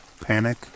panic